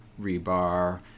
rebar